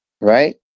Right